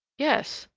yes,